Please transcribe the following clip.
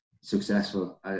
successful